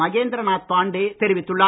மகேந்திரநாத் பாண்டே தெரிவித்துள்ளார்